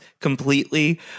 completely